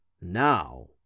Now